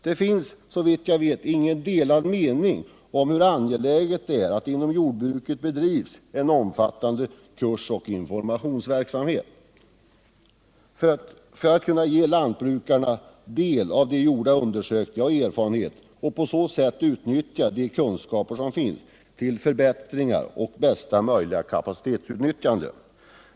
Det finns såvitt jag vet ingen delad mening om hur angeläget det är att det inom jordbruket bedrivs en omfattande kursoch informationsverksamhet för att ge lantbrukarna del av gjorda undersökningar och erfarenheter och på så sätt utnyttja de kunskaper som finns till förbättringar och bästa möjliga kapacitetsutnyttjande.